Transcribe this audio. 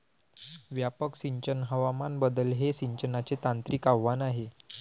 व्यापक सिंचन हवामान बदल हे सिंचनाचे तांत्रिक आव्हान आहे